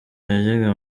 yajyaga